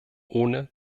ohne